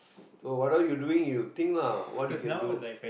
so what are you doing you think lah what you can do